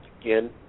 again